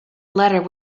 letter